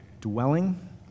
Dwelling